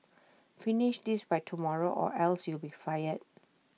finish this by tomorrow or else you'll be fired